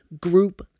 group